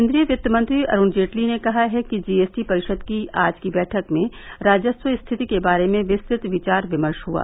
केन्द्रीय वित्त मंत्री अरूण जेटली ने कहा है कि जीएसटी परिषद की आज की बैठक में राजस्व स्थिति के बारे में विस्तृत विचार विमर्श हुआ